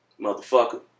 Motherfucker